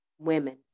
women